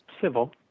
Civil